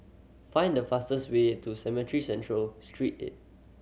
find the fastest way to Cemetry Central Street Eight